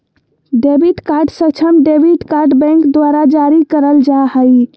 debit card सक्षम debit card bank द्वारा जारी करल जा हइ